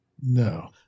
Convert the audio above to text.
No